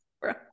bro